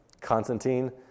Constantine